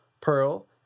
pearl